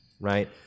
Right